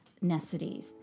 necessities